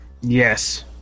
Yes